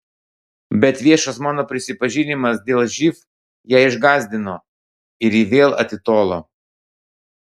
bet viešas mano prisipažinimas dėl živ ją išgąsdino ir ji vėl atitolo